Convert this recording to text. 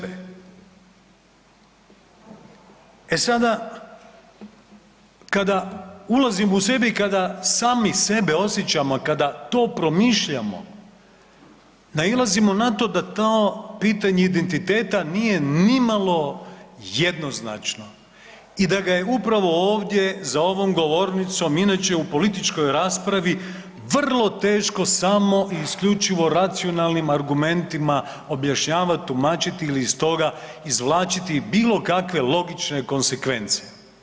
E sada kada ulazimo u sebe i kada sami sebe osjećamo i kada to promišljamo nailazimo na to da to pitanje identiteta nije nimalo jednoznačno i da ga je upravo ovdje za ovom govornicom inače u političkoj raspravi vrlo teško samo i isključivo racionalnim argumentima objašnjavati, tumačiti ili iz toga izvlačiti bilo kakve logične konsekvence.